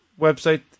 website